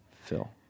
Phil